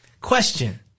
Question